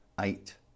eight